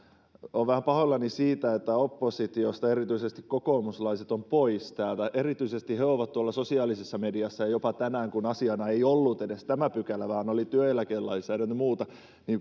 vähän pahoillani siitä että oppositiosta erityisesti kokoomuslaiset ovat poissa täältä erityisesti he ovat tuolla sosiaalisessa mediassa jopa tänään kun asiana ei ollut edes tämä pykälä vaan työeläkelainsäädäntö ja muuta